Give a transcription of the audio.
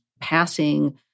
passing